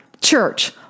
church